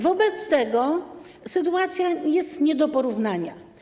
Wobec tego sytuacja jest nie do porównania.